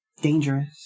dangerous